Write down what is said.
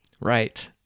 Right